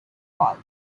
fault